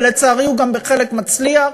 ולצערי בחלק הוא גם מצליח,